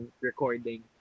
recording